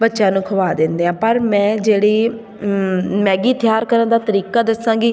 ਬੱਚਿਆਂ ਨੂੰ ਖਿਲਾ ਦਿੰਦੇ ਹਾਂ ਪਰ ਮੈਂ ਜਿਹੜੀ ਮੈਗੀ ਤਿਆਰ ਕਰਨ ਦਾ ਤਰੀਕਾ ਦੱਸਾਂਗੀ